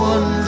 One